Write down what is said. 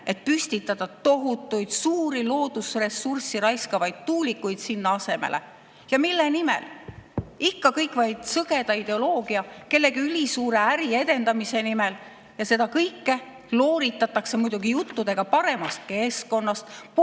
et püstitada tohutuid, suuri loodusressurssi raiskavaid tuulikuid sinna asemele. Ja mille nimel? Ikka kõik vaid sõgeda ideoloogia, kellegi ülisuure äri edendamise nimel. Ja seda kõike looritatakse muidugi juttudega paremast keskkonnast, puhtamast